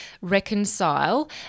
reconcile